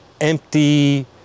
empty